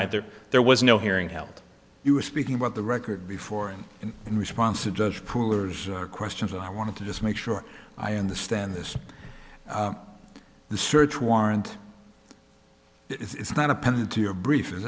either there was no hearing held you were speaking about the record before and in response to judge poolers questions i want to just make sure i understand this the search warrant it's not appended to your brief